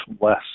less